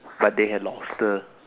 but they have lobster